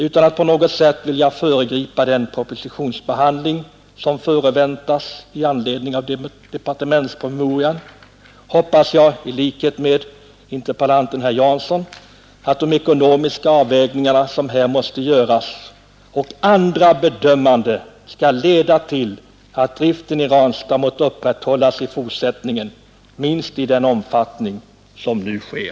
Utan att på något sätt vilja föregripa behandlingen av den proposition som förväntas i anledning av departementspromemorian hoppas jag, i likhet med interpellanten herr Jansson, att de ekonomiska avvägningarna som här måste göras, och andra bedömningar, skall leda till att driften i Ranstad upprätthålles i fortsättningen i minst den nuvarande omfattningen.